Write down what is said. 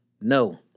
No